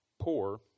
poor